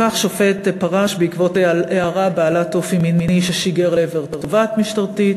כך שופט פרש בעקבות הערה בעלת אופי מיני ששיגר לעבר תובעת משטרתית.